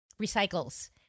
recycles